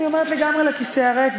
אני אומרת לגמרי לכיסא הריק,